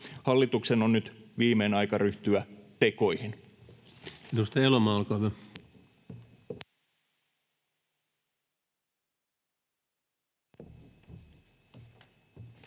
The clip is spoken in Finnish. Hallituksen on nyt viimein aika ryhtyä tekoihin. Edustaja Elomaa, olkaa hyvä.